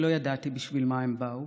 שלא ידעתי בשביל מה הם באו,